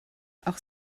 auch